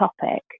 topic